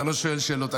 אתה לא שואל שאלות,